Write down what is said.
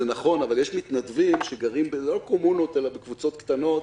זה נכון, אבל יש מתנדבים שגרים בקבוצות קטנות.